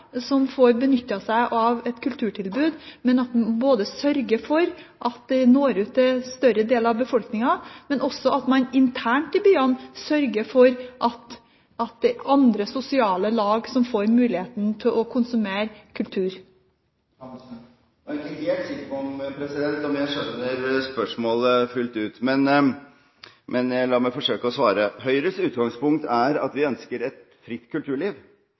som får benytte seg av et kulturtilbud, at man sørger for at det når ut til en større del av befolkningen, og at man også internt i byene sørger for at andre sosiale lag får muligheten til å konsumere kultur? Jeg er ikke helt sikker på om jeg skjønner spørsmålet fullt ut, men la meg forsøke å svare. Høyres utgangspunkt er at vi ønsker et fritt kulturliv,